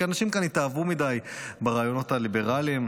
כי אנשים כאן התאהבו מדי ברעיונות הליברליים,